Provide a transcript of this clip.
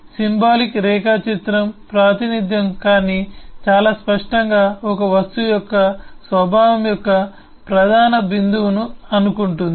symbolic రేఖాచిత్రం ప్రాతినిధ్యం కానీ చాలా స్పష్టంగా ఒక వస్తువు యొక్క స్వభావం యొక్క ప్రధాన బిందువును అనుకుంటుంది